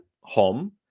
home